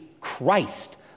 Christ